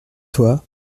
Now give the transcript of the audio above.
toi